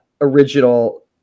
original